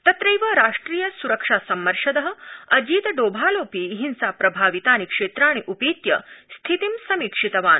तट्रैव राष्ट्रिय स्रक्षा सम्मर्शद अजीत डोभालोऽपि हिंसा प्रभावितानि क्षेत्राणि उपेत्य स्थितिं समीक्षितवान्